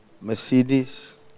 Mercedes